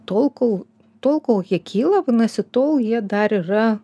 tol kol tol kol jie kyla vadinasi tol jie dar yra